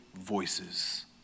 voices